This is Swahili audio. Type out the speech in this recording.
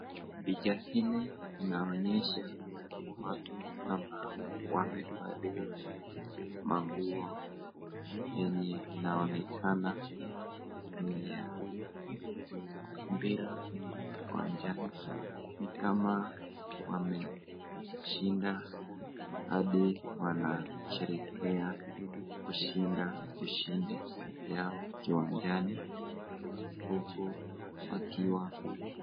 Picha hili inaonyesha watu ambao wamevalia manguo yenye inaonekana ni ya mpira kiwanjani ni kama wameshinda hadi wanasherekea kushinda ushindi yao kiwanjani huku wakiwa.